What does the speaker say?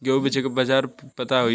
गेहूँ बेचे के बाजार पता होई?